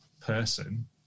person